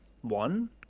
one